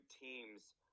teams